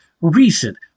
recent